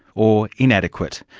or inadequate?